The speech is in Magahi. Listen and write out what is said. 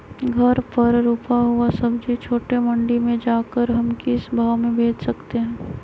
घर पर रूपा हुआ सब्जी छोटे मंडी में जाकर हम किस भाव में भेज सकते हैं?